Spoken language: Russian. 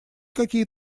какие